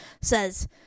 says